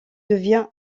devient